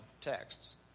texts